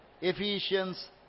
Ephesians